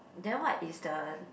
then what is the